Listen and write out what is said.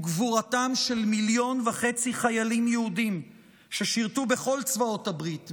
הוא גבורתם של מיליון וחצי חיילים יהודים ששירתו בכל צבאות הברית,